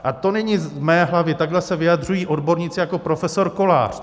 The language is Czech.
A to není z mé hlavy, takhle se vyjadřují odborníci jako profesor Kolář.